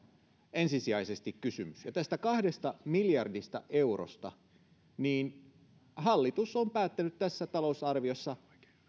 ensisijaisesti kysymys ja tästä kahdesta miljardista eurosta hallitus on päättänyt tässä talousarviossa